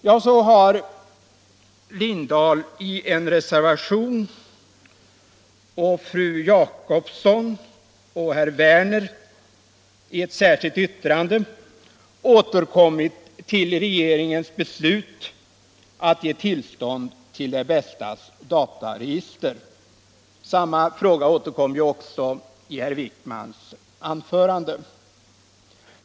Så har herr Lindahl i Hamburgsund i en reservation och fru Jacobsson och herr Werner i Malmö i ett särskilt yttrande återkommit till regeringens beslut att ge tillstånd till Det Bästas dataregister. Samma fråga återkom också i herr Wijkmans anförande.